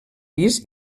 pis